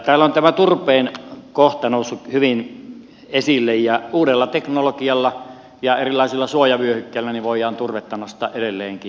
täällä on tämä turpeen kohta noussut hyvin esille ja uudella teknologialla ja erilaisilla suojavyöhykkeillä voidaan turvetta nostaa edelleenkin